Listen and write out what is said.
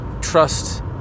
trust